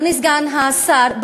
אדוני סגן השר,